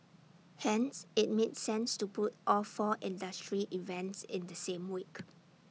hence IT made sense to put all four industry events in the same week